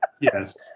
yes